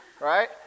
Right